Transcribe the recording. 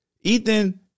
Ethan